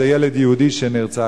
זה ילד יהודי שנרצח,